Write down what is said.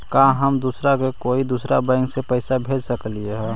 का हम दूसरा के कोई दुसरा बैंक से पैसा भेज सकिला?